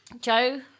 Joe